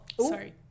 sorry